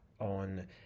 on